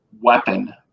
weapon